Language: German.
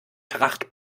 tracht